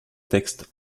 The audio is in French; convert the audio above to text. texte